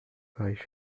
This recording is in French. pareilles